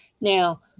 Now